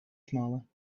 smaller